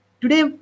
Today